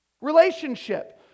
relationship